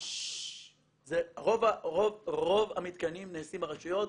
רוב המתקנים נעשים ברשויות,